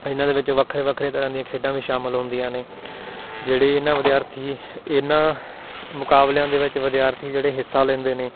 ਇਹਨਾਂ ਦੇ ਵਿੱਚ ਵੱਖਰੇ ਵੱਖਰੇ ਤਰ੍ਹਾਂ ਦੀਆਂ ਖੇਡਾਂ ਵੀ ਸ਼ਾਮਿਲ ਹੁੰਦੀਆਂ ਨੇ ਜਿਹੜੇ ਇਹਨਾਂ ਵਿਦਿਆਰਥੀ ਇਹਨਾਂ ਮੁਕਾਬਲਿਆਂ ਦੇ ਵਿੱਚ ਵਿਦਿਆਰਥੀ ਜਿਹੜੇ ਹਿੱਸਾ ਲੈਂਦੇ ਨੇ